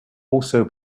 also